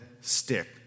stick